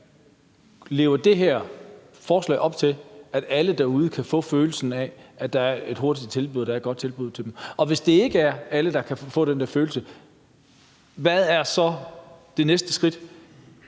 Lever det her forslag op til, at alle derude kan få følelsen af, at der er et hurtigt tilbud og et godt tilbud til dem? Og hvis det ikke er alle, der kan få den der følelse, hvad er så det næste skridt?